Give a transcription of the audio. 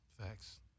Facts